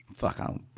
Fuck